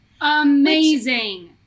Amazing